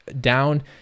down